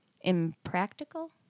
impractical